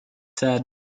said